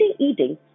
eating